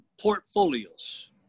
portfolios